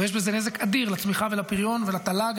ויש בזה נזק אדיר לצמיחה ולפריון ולתל"ג.